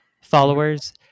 followers